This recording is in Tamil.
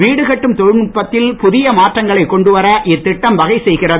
வீடு கட்டும் தொழில்நுட்பத்தில் புதிய மாற்றங்களை கொண்டு வர இந்த திட்டம் வகை செய்கிறது